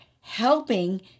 helping